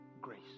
grace